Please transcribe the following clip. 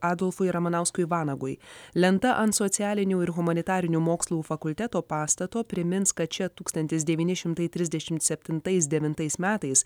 adolfui ramanauskui vanagui lenta ant socialinių ir humanitarinių mokslų fakulteto pastato primins kad čia tūkstantis devyni šimtai trisdešimt septintais devintais metais